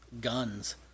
guns